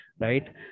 Right